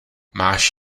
máš